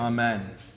Amen